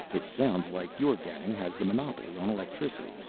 it sounds like your gang has the monopoly on electricity,